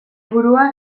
burua